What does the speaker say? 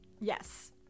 Yes